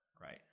Right